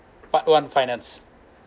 part one finance